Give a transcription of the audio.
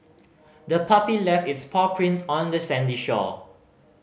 the puppy left its paw prints on the sandy shore